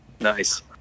Nice